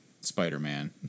Spider-Man